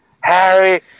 Harry